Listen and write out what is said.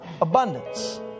Abundance